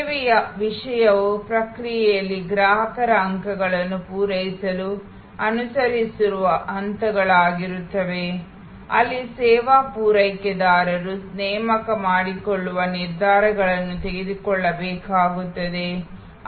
ಸೇವೆಯ ವಿಷಯವು ಪ್ರಕ್ರಿಯೆಯಲ್ಲಿ ಗ್ರಾಹಕರ ಅಂಕಗಳನ್ನು ಪೂರೈಸಲು ಅನುಸರಿಸುವ ಹಂತಗಳಾಗಿರುತ್ತದೆ ಅಲ್ಲಿ ಸೇವಾ ಪೂರೈಕೆದಾರರು ನೇಮಕ ಮಾಡಿಕೊಳ್ಳುವ ನಿರ್ಧಾರಗಳನ್ನು ತೆಗೆದುಕೊಳ್ಳಬೇಕಾಗುತ್ತದೆ